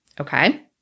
Okay